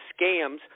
scams